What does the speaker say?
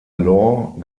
law